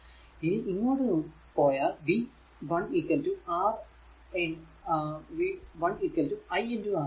ഇനി ഇങ്ങോട്ടു പോയാൽ v 1 r i R ആണ്